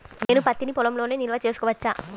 నేను పత్తి నీ పొలంలోనే నిల్వ చేసుకోవచ్చా?